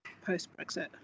post-Brexit